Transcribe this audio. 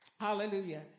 Hallelujah